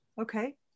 Okay